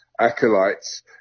Acolytes